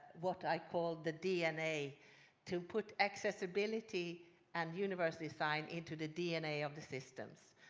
what i call the dna to put accessibility and universal design into the dna of the systems.